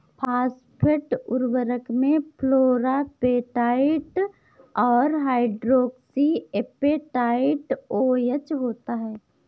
phosphate उर्वरक में fluorapatite और हाइड्रोक्सी एपेटाइट ओएच होता है